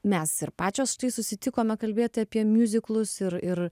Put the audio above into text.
mes ir pačios susitikome kalbėti apie miuziklus ir ir